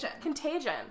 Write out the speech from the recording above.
Contagion